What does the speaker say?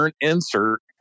insert